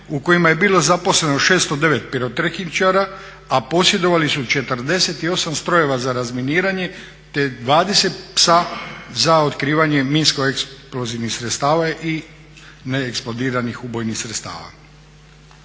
u kojima je bilo zaposleno 609 pirotehničara a posjedovali su 48 strojeva za razminiranje te 20 psa za otkrivanje minsko eksplozivnih sredstava i neeksplodiranih ubojnih sredstava.